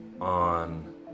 on